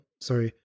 sorry